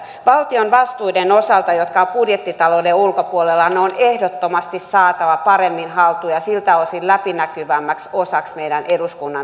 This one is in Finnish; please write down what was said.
valtion vastuut jotka ovat budjettitalouden ulkopuolella on ehdottomasti saatava paremmin haltuun ja siltä osin läpinäkyvämmäksi osaksi meidän eduskunnan työskentelyä